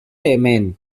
hemen